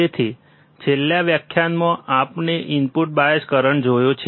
તેથી છેલ્લા વ્યાખ્યાનમાં આપણે ઇનપુટ બાયસ કરંટ જોયો છે